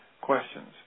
questions